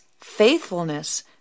faithfulness